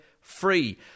free